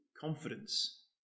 confidence